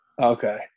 Okay